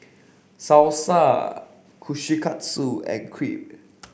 Salsa Kushikatsu and Crepe